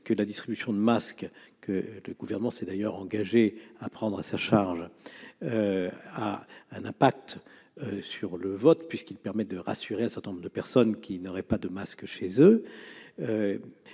que la distribution de masques, que le Gouvernement s'est d'ailleurs engagé à prendre à sa charge, a un impact sur le vote, puisqu'elle permet de rassurer un certain nombre de personnes qui n'en auraient pas chez